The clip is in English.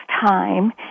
time